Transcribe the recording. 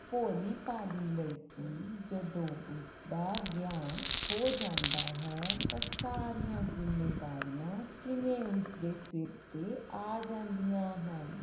ਭੋਲੀ ਭਾਲੀ ਲੜਕੀ ਜਦੋਂ ਉਸਦਾ ਵਿਆਹ ਹੋ ਜਾਂਦਾ ਹੈ ਤਾਂ ਸਾਰੀਆਂ ਜ਼ਿੰਮੇਵਾਰੀਆਂ ਕਿਵੇਂ ਉਸਦੇ ਸਿਰ 'ਤੇ ਆ ਜਾਂਦੀਆਂ ਹਨ